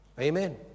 Amen